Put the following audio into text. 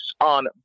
on